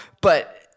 But-